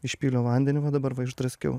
išpyliau vandenį va dabar va išdraskiau